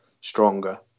stronger